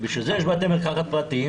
יאמר לזכותי שקבעתי את הדיון בטרם התחלנו כאן.